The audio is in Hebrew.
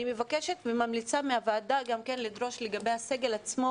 אני מבקשת וממליצה לוועדה לדרוש לדעת לגבי הסגל עצמו,